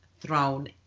thrown